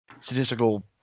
statistical